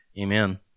Amen